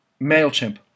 MailChimp